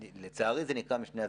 לצערי זה נקרא משני הצדדים,